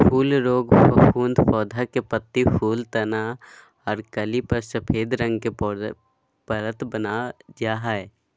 फूल रोग फफूंद पौधा के पत्ती, फूल, तना आर कली पर सफेद रंग के पाउडर परत वन जा हई